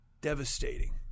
devastating